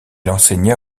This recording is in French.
enseigna